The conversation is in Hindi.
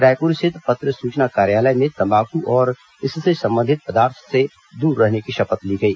रायपुर स्थित पत्र सूचना कार्यालय में तम्बाकू और इससे संबंधित पदार्थ से दूर रहने की शपथ ली गई